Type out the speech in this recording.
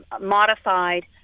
modified